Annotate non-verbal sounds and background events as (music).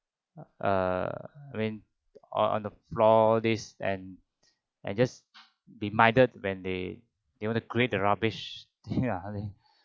uh I mean or on the floor this and and just be minded when they they want to create the rubbish (laughs)